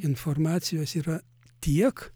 informacijos yra tiek